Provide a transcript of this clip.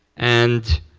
and